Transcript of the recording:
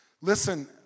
Listen